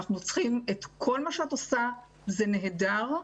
כל מה שאת עושה זה נהדר,